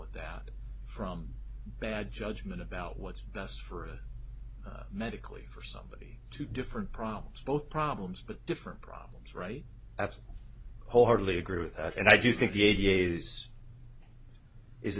it that from bad judgment about what's best for a medically for somebody to different problems both problems but different problems right at wholeheartedly agree with that and i do think the a d a s is a